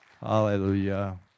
Hallelujah